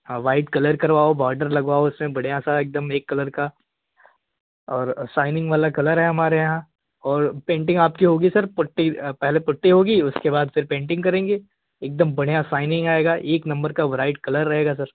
हाँ white colour करवाओ border लगवाओ उसमें बढ़िया सा एकदम एक कलर का और शाइनिंग वाला कलर है हमारे यहाँ और पेंटिंग आपकी होगी सर पुट्टी पहले पुट्टी होगी उसके बाद फिर पेंटिंग करेंगे एकदम बढ़िया शाइनिंग आएगा एक नंबर का ब्राइट कलर रहेगा सर